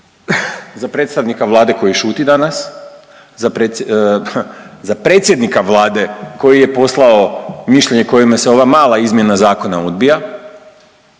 Za predstavnika Vlade koji šuti danas, za predsjednika Vlade koji je poslao mišljenje kojime se ova mala izmjena zakona odbija.